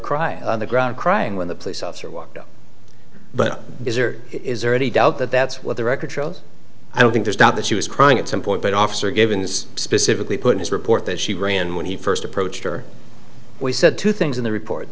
crying on the ground crying when the police officer walked out but is or is there any doubt that that's what the record shows i don't think there's doubt that she was crying at some point but officer given this specifically put his report that she ran when he first approached her we said two things in the report